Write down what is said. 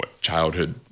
childhood